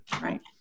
right